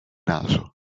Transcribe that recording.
naso